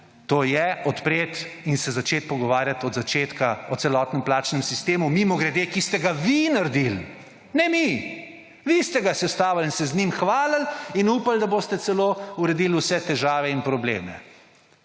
To je, odpreti in se začeti pogovarjati od začetka o celotnem plačnem sistemu, ki ste ga, mimogrede, vi naredili. Ne mi, vi ste ga sestavili in se z njim hvalili in upali, da boste celo uredili vse težave in probleme.